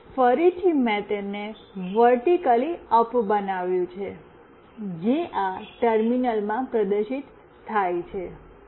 હવે ફરીથી મેં તેને વર્ટિક્લી અપ બનાવ્યું છે જે આ ટર્મિનલમાં પ્રદર્શિત થાય છે